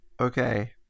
Okay